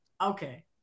Okay